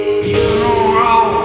funeral